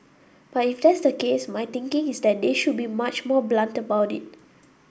but if that's the case my thinking is that they should be much more blunt about it